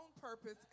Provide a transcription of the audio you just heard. purpose